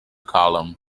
column